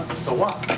so what?